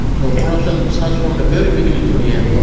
so corruption starts from the very beginning to the end.